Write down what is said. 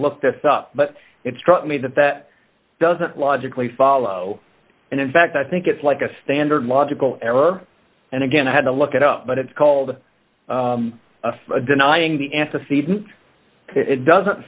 look this up but it struck me that that doesn't logically follow and in fact i think it's like a standard logical error and again i had to look it up but it's called denying the antecedent it doesn't